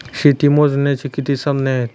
शेती मोजण्याची किती साधने आहेत?